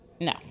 no